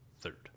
third